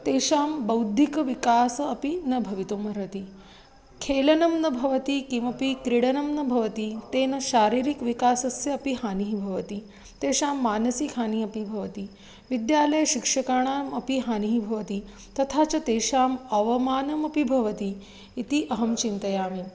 तेषां बौद्धिकविकासः अपि न भवितुम् अर्हति खेलनं न भवति किमपि क्रीडनं न भवति तेन शारीरिकः विकासस्य अपि हानिः भवति तेषां मानसिकहानिः अपि भवति विद्यालयशिक्षकाणाम् अपि हानिः भवति तथा च तेषाम् अवमानमपि भवति इति अहं चिन्तयामि